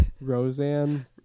Roseanne